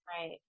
right